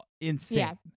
insane